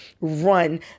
run